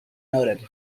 noted